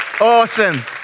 Awesome